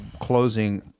closing